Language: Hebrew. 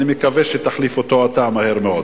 אני מקווה שאתה תחליף אותו מהר מאוד.